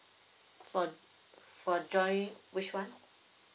for for join which one